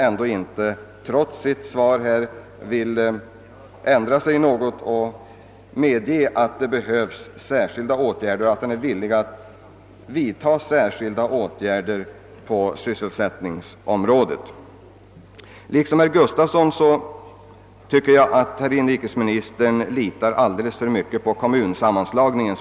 Jag undrar om han inte, trots vad han säger i sitt svar, vill medge att det behövs särskilda åtgärder för att främja sysselsättningen och att han är villig att vidta sådana åtgärder. Liksom herr Gustafsson i Skellefteå tycker jag att inrikesministern litar alldeles för mycket på betydelsen av kommunsammanslagningen.